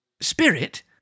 Spirit